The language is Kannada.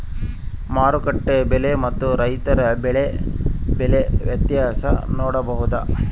ಮಾರುಕಟ್ಟೆ ಬೆಲೆ ಮತ್ತು ರೈತರ ಬೆಳೆ ಬೆಲೆ ವ್ಯತ್ಯಾಸ ನೋಡಬಹುದಾ?